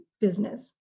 business